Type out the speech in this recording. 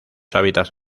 hábitats